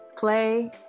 Play